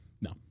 no